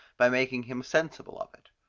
by making him sensible of it.